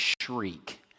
shriek